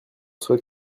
souhait